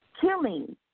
killing